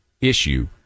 issue